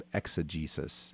exegesis